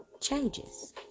changes